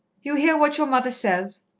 you hear what your mother says.